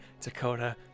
Dakota